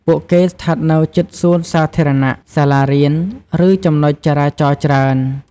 ពួកគេស្ថិតនៅជិតសួនសាធារណៈ សាលារៀន ឬចំណុចចរាចរណ៍ច្រើន។